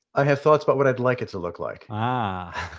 i have thoughts about what i'd like it to look like. ah.